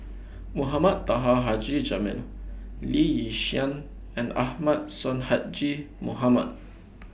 Mohamed Taha Haji Jamil Lee Yi Shyan and Ahmad Sonhadji Mohamad